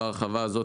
בהרחבה הזאת,